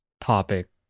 topic